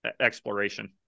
exploration